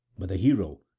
but the hero,